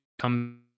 come